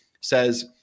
says